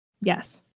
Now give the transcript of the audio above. yes